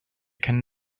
can